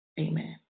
amen